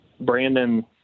Brandon